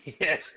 Yes